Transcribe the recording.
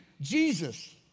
Jesus